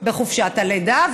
בחופשת הלידה.